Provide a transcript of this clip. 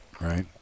Right